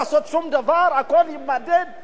הכול יימדד אם יש בחירות, אין בחירות.